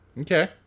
Okay